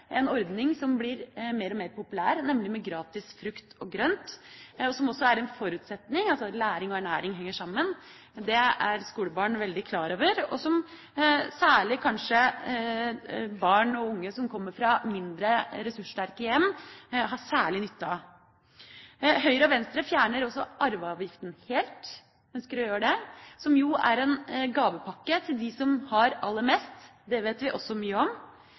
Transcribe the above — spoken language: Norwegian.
en ordning som blir mer og mer populær, nemlig gratis frukt og grønt. Læring og ernæring henger sammen, og det er skolebarn veldig klar over. Særlig kanskje barn og unge som kommer fra mindre ressurssterke hjem, har særlig nytte av dette. Høyre og Venstre ønsker også å fjerne arveavgiften helt, noe som jo er en gavepakke til dem som har aller mest. Det vet vi også mye om.